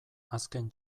azken